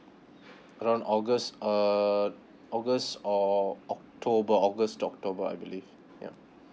aeound august uh august or october august to october I believe yeah